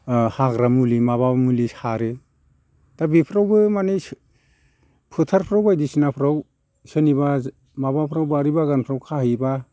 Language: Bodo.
हाग्रा मुलि माबा मुलि सारो दा बेफोरावबो माने फोथारफ्राव बायदिसिनाफ्राव सोरनिबा माबाफ्राव बारि बागानफ्राव खाहैबा